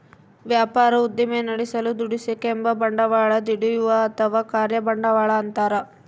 ವ್ಯಾಪಾರ ಉದ್ದಿಮೆ ನಡೆಸಲು ದುಡಿಸಿಕೆಂಬ ಬಂಡವಾಳ ದುಡಿಯುವ ಅಥವಾ ಕಾರ್ಯ ಬಂಡವಾಳ ಅಂತಾರ